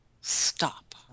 stop